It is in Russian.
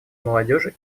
молодежи